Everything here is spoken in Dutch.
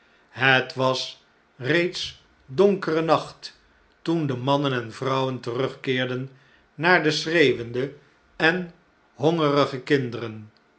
het was reeds donkere nacht toen de mannen en vrouwen terugkeerdeh naar de schreeuwende en hongerige kinderen